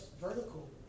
vertical